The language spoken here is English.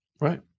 Right